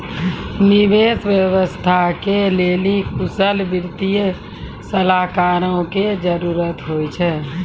निवेश व्यवस्था के लेली कुशल वित्तीय सलाहकारो के जरुरत होय छै